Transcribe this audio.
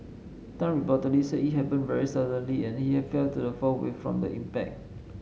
Tan reportedly said it happened very suddenly and he had fell to the floor from the impact